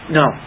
no